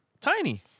tiny